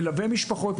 מלווה משפחות,